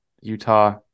Utah